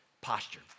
posture